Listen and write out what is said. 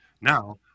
Now